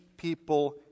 people